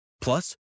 Plus